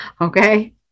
Okay